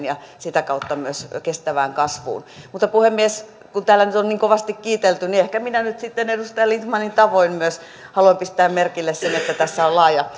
ja sitä kautta myös kestävään kasvuun mutta puhemies kun täällä nyt on niin kovasti kiitelty niin ehkä minä nyt sitten edustaja lindtmanin tavoin myös haluan pistää merkille sen että tässä on laaja